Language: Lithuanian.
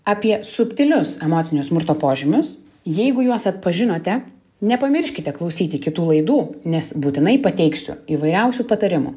apie subtilius emocinio smurto požymius jeigu juos atpažinote nepamirškite klausyti kitų laidų nes būtinai pateiksiu įvairiausių patarimų